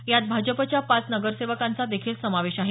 यात भाजपाच्या पाच नगरसेवकांचा देखील समावेश आहे